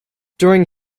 during